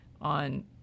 on